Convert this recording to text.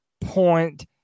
point